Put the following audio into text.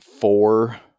four